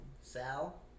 Sal